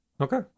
Okay